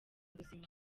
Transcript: buzima